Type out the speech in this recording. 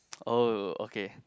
oh okay